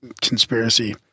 conspiracy